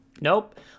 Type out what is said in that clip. Nope